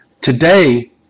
Today